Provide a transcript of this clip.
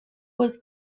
was